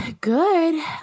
good